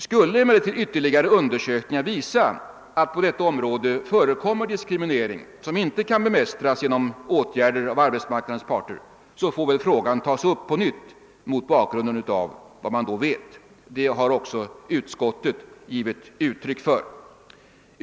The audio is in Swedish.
Om emellertid ytterligare undersökning skulle visa att det på detta område förekommer = diskriminering som inte kan bemästras med åtgärder av arbetsmarknadens parter, får väl frågan tas upp på nytt mot bakgrund av vad man då vet. Den meningen har också utskottet givit uttryck åt.